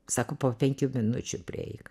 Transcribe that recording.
sako po penkių minučių prieik